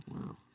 Wow